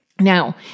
now